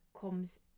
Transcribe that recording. comes